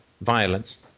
violence